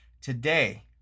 today